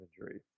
imagery